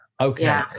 Okay